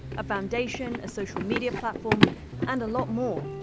a foundation, a social media platform and a lot more.